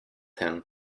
him